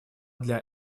для